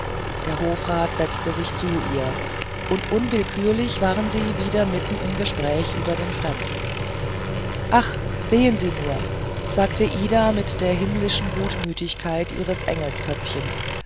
der hofrat setzte sich zu ihr und unwillkürlich waren sie wieder mitten im gespräch über den fremden ach sehen sie nur sagte ida mit der himmlischen gutmütigkeit ihres